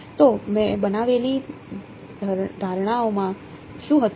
તો મેં બનાવેલી ધારણાઓમાં શું હતું